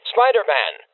Spider-Man